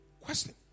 Question